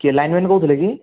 କିଏ lineman କହୁଥିଲେ କି